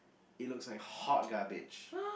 it looks like hot garbage